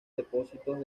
depósitos